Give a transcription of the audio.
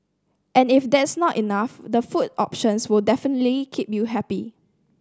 and if that's not enough the food options will definitely keep you happy